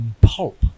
pulp